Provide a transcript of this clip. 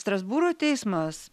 strasbūro teismas